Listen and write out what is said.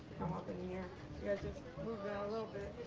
come up in here. you guys just move down a little bit.